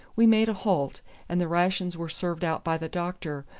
we made a halt and the rations were served out by the doctor,